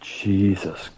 Jesus